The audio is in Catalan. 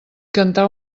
cantar